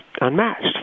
unmatched